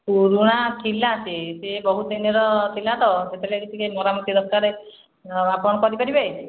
ପୁରୁଣା ଥିଲା ସେଇ ସେ ବହୁତ ଦିନର ଥିଲା ତ ସେଥିଲାଗି ଟିକେ ମରାମତି ଦରକାର ଆପଣ କରି ପାରିବେ